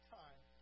time